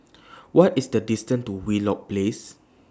What IS The distance to Wheelock Place